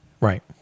right